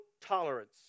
tolerance